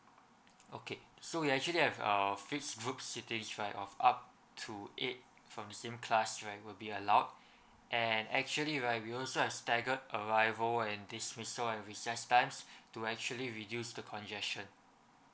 okay so we actually have uh fixed group sitting plan of up to eight from the same class right will be allowed and actually right we also have staggered arrival and dismissal and recess times to actually reduce the congestion